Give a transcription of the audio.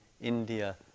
India